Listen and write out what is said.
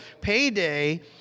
Payday